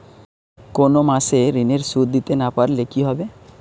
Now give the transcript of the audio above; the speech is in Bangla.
কোন মাস এ ঋণের সুধ দিতে না পারলে কি হবে?